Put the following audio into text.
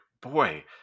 boy